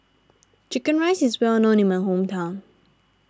Chicken Rice is well known in my hometown